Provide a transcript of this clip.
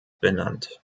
benannt